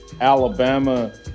Alabama